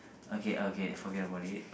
okay okay forget about it